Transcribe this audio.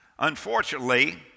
Unfortunately